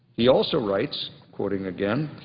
he also writes, quoting again,